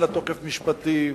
אין לה תוקף משפטי,